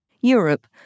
Europe